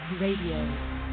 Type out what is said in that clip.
Radio